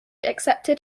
accepted